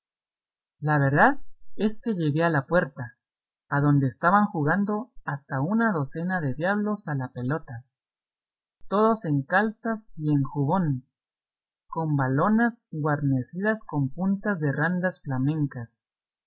la verdad es que llegué a la puerta adonde estaban jugando hasta una docena de diablos a la pelota todos en calzas y en jubón con valonas guarnecidas con puntas de randas flamencas